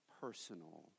personal